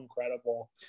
incredible